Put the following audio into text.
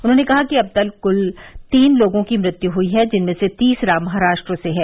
उन्होंने कहा कि अब तक कुल तीन लोगों की मृत्यु हुई है जिनमें से तीसरा महाराष्ट्र से है